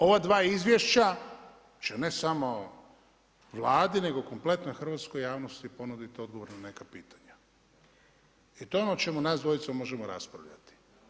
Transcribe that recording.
Ova dva izvješća će ne samo Vladi nego kompletnoj hrvatskoj javnosti ponuditi odgovor na neka pitanja i to je ono o čemu nas dvojica možemo raspravljati.